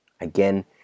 Again